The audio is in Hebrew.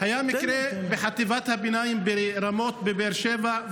היה מקרה בחטיבת הביניים ברמות בבאר שבע,